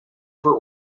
for